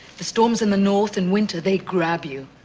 the storms in the north, in winter, they grab you,